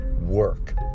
work